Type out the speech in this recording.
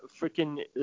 freaking